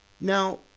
Now